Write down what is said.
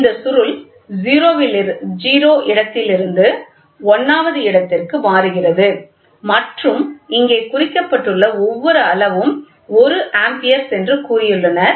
எனவே இந்த சுருள் 0 இடத்திலிருந்து 1 வது இடத்திற்கு மாறுகிறது மற்றும் இங்கே குறிக்கப்பட்டுள்ள ஒவ்வொரு அளவும் 1 ஆம்பியர்ஸ் என்று கூறியுள்ளனர்